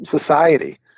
society